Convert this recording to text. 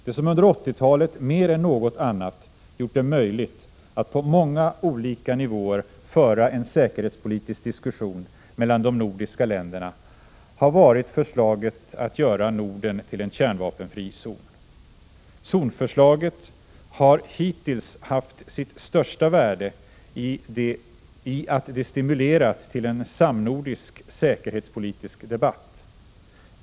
Det som under 1980-talet mer än något annat gjort det möjligt att på många olika nivåer föra en säkerhetspolitisk diskussion mellan de nordiska länderna, har varit förslaget att göra Norden till en kärnvapenfri zon. Zonförslaget har hittills haft sitt största värde i att det stimulerat till en samnordisk säkerhetspolitisk debatt.